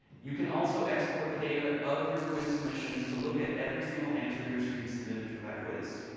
you can also export the data of your quiz submissions to look at every single answer your student submitted for that quiz.